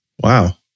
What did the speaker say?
Wow